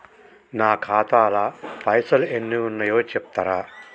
నా ఖాతా లా పైసల్ ఎన్ని ఉన్నాయో చెప్తరా?